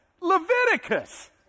Leviticus